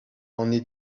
only